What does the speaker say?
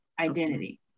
identity